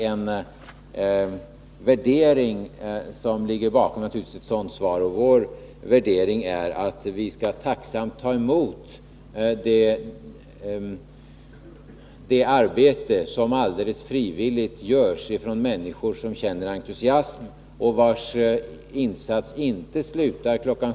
En värdering ligger bakom svaret på den frågan. Vår värdering är att vi tacksamt skall ta emot det arbete som helt frivilligt görs av människor som känner entusiasm — deras insats slutar inte kl.